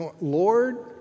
Lord